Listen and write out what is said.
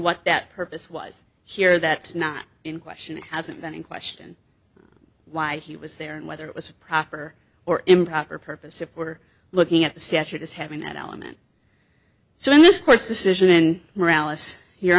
what that purpose was here that's not in question it hasn't been in question why he was there and whether it was proper or improper purpose if we're looking at the statute as having that element so in this course decision